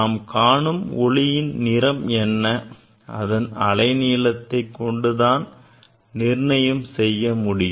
நாம் காணும் ஒளியின் நிறம் என்ன என்பதை அலைநீளத்தை கொண்டு தான் நிர்ணயம் செய்ய முடியும்